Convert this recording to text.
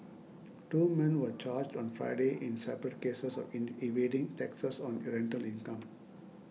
two men were charged on Friday in separate cases of evading taxes on rental income